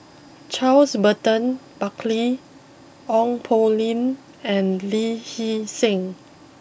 Charles Burton Buckley Ong Poh Lim and Lee Hee Seng